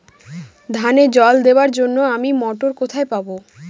ধানে জল দেবার জন্য আমি মটর কোথায় পাবো?